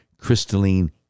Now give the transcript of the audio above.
crystalline